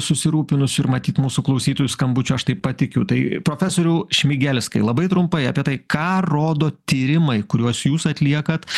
susirūpinusių ir matyt mūsų klausytojų skambučių aš taip pat tikiu tai profesoriau šmigelskai labai trumpai apie tai ką rodo tyrimai kuriuos jūs atliekat